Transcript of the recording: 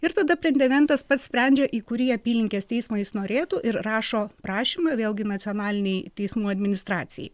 ir tada pretendentas pats sprendžia į kurį apylinkės teismą jis norėtų ir rašo prašymą vėlgi nacionalinei teismų administracijai